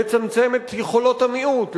לצמצם את יכולות המיעוט,